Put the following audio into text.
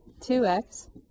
2x